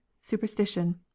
Superstition